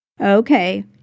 Okay